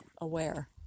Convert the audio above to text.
aware